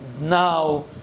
now